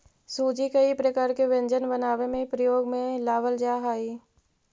सूजी कई प्रकार के व्यंजन बनावे में प्रयोग में लावल जा हई